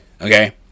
Okay